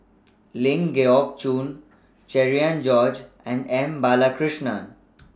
Ling Geok Choon Cherian George and M Balakrishnan